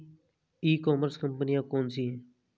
ई commerce कंपनियाँ कौन कौन सी हैं?